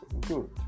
Good